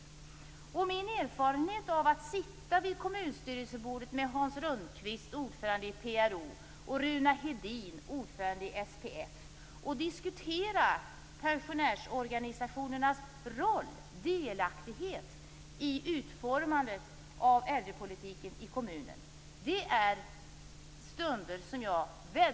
Jag kommer väldligt tydligt ihåg de stunder som jag har haft vid kommunstyrelsebordet tillsammans med PRO-föreningens ordförande Hans Hedin-Hultén i diskussioner om pensionärsorganisationernas roll och delaktighet i utformandet av äldrepolitiken i kommunen.